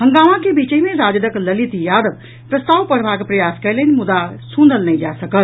हंगामा के बीचहि मे राजदक ललित यादव प्रस्ताव पढ़बाक प्रयास कयलनि मुदा सुनल नहि जा सकल